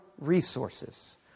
resources